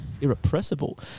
irrepressible